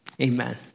Amen